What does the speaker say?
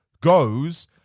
goes